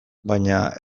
baina